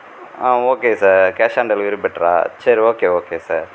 ah okay sir cash on delivery பெட்டரா சரி okay okay sir